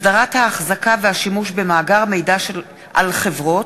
(הסדרת האחזקה והשימוש במאגר מידע על חברות),